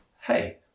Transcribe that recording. hey